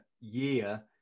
year